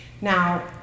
Now